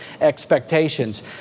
expectations